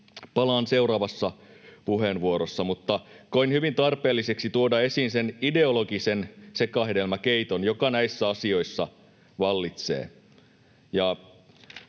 palaan seuraavassa puheenvuorossani. Mutta koin hyvin tarpeelliseksi tuoda esiin sen ideologisen sekahedelmäkeiton, joka näissä asioissa vallitsee,